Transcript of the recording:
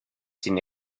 sin